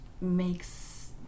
makes